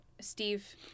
Steve